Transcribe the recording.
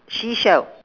seashell